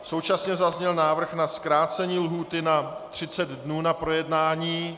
Současně zazněl návrh na zkrácení lhůty na 30 dnů na projednání.